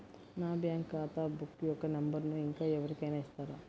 నా బ్యాంక్ ఖాతా బుక్ యొక్క నంబరును ఇంకా ఎవరి కైనా ఇస్తారా?